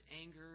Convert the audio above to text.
anger